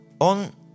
On